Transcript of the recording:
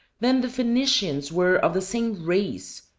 then the phoenicians were of the same race,